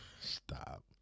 Stop